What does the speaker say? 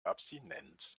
abstinent